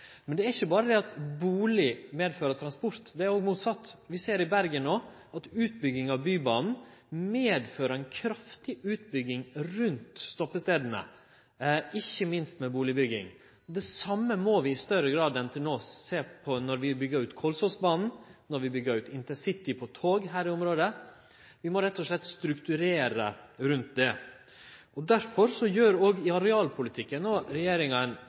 Men det er ikkje berre det at bustad medfører transport, det er òg motsett. Vi ser no i Bergen at utbygginga at Bybanen medfører ei kraftig utbygging rundt stoppestadene, ikkje minst bustadbygging. Det same må vi i større grad enn til no sjå på når vi byggjer ut Kolsåsbanen, når vi byggjer ut intercity for tog her i området. Vi må rett og slett strukturere det. Derfor gjer regjeringa no ei rekkje grep og vurderer ulike grep i arealpolitikken.